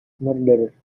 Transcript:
murderer